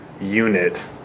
unit